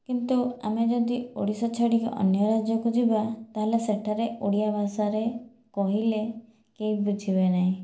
କିନ୍ତୁ ଆମେ ଯଦି ଓଡ଼ିଶା ଛାଡ଼ିକି ଅନ୍ୟ ରାଜ୍ୟକୁ ଯିବା ତାହେଲେ ସେଠାରେ ଓଡ଼ିଆ ଭାଷାରେ କହିଲେ କେହି ବୁଝିବେ ନାହିଁ